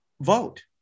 vote